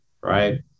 right